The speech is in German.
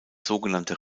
sogenannte